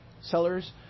sellers